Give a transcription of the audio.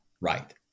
right